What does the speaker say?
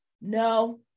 No